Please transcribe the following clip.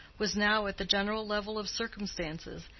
was now at the general level of circumstances,